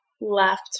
left